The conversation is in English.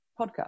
podcast